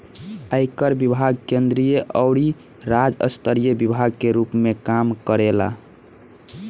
आयकर विभाग केंद्रीय अउरी राज्य स्तरीय विभाग के रूप में काम करेला